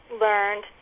learned